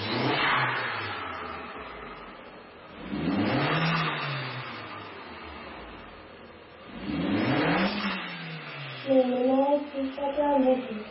नेईं नेईं में इस चीज़ दा ध्यान रक्खगी